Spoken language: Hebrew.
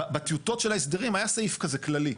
בטיוטות של ההסדרים היה סעיף כזה כללי.